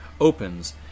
opens